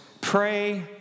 pray